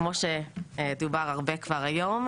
כמו שכבר דובר הרבה היום,